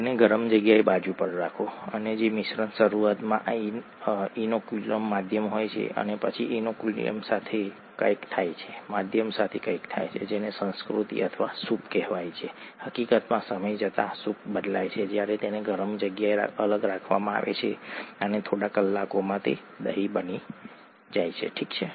તેને ગરમ જગ્યાએ બાજુ પર રાખો અને જે મિશ્રણમાં શરૂઆતમાં આ ઇનોક્યુલમ માધ્યમ હોય છે અને પછી ઇનોક્યુલમ સાથે કંઈક થાય છે માધ્યમ સાથે કંઈક થાય છે જેને સંસ્કૃતિ અથવા સૂપ કહેવાય છે હકીકતમાં સમય જતાં સૂપ બદલાય છે જ્યારે તેને ગરમ જગ્યાએ અલગ રાખવામાં આવે છે અને થોડા કલાકોમાં દહીં બને છે ઠીક છે